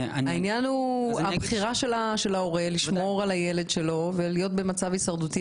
העניין הוא הבחירה של ההורה לשמור על הילד שלו ולהיות במצב הישרדותי.